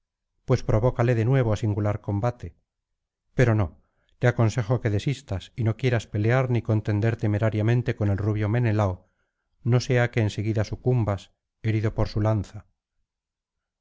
pues provócale de nuevo á singular combate pero no te aconsejo que desistas y no quieras pelear ni contender temerariamente con el rubio menelao no sea que en seguida sucumbas herido por su lanza